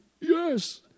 Yes